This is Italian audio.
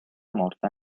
morta